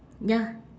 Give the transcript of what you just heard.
ya